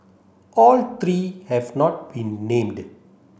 all three have not been named